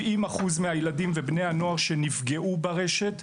70% מהילדים ובני הנוער שנפגעו ברשת,